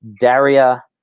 Daria